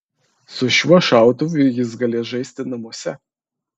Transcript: su šiuo šautuvu jis galės žaisti namuose